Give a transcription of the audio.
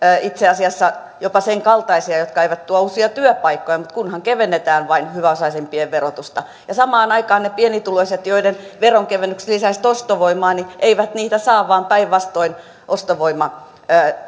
itse asiassa jopa sen kaltaisia jotka eivät tuo uusia työpaikkoja mutta kunhan vain kevennetään hyväosaisimpien verotusta ja samaan aikaan ne pienituloiset joiden veronkevennykset lisäisivät ostovoimaa eivät niitä saa vaan päinvastoin ostovoima